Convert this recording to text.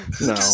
No